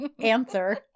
Answer